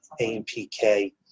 AMPK